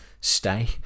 stay